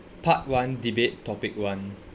part one debate topic one